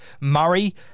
Murray